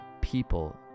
people